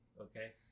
Okay